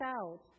out